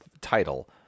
title